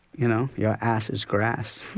you know, your ass is grass.